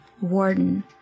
Warden